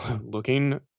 looking